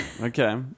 okay